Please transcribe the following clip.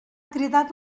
cridat